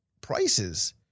prices